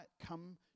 come